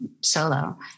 solo